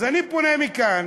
אז אני פונה מכאן